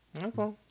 Okay